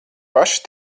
paši